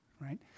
right